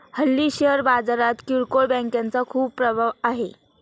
हल्ली शेअर बाजारात किरकोळ बँकांचा खूप प्रभाव आहे